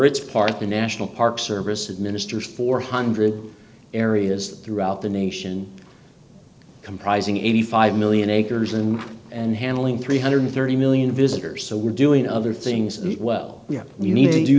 its part the national park service administers four hundred dollars areas throughout the nation comprising eighty five million acres and and handling three hundred and thirty million visitors so we're doing other things well we have we need to do